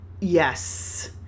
yes